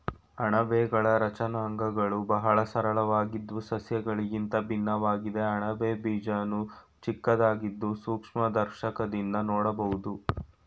ಅಣಬೆಗಳ ರಚನಾಂಗಗಳು ಬಹಳ ಸರಳವಾಗಿದ್ದು ಸಸ್ಯಗಳಿಗಿಂತ ಭಿನ್ನವಾಗಿದೆ ಅಣಬೆ ಬೀಜಾಣು ಚಿಕ್ಕದಾಗಿದ್ದು ಸೂಕ್ಷ್ಮದರ್ಶಕದಿಂದ ನೋಡ್ಬೋದು